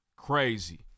crazy